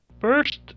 First